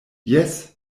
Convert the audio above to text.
jes